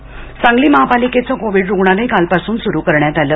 रूग्णालय सांगली महापालिकेचं कोविड रुग्णालय कालपासून सुरू करण्यात आलं